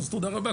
אז תודה רבה,